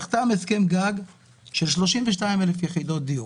נחתם הסכם גג על 32,000 יחידות דיור,